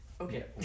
Okay